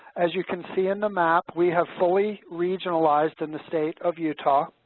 as you can see in the map, we have fully regionalized in the state of utah.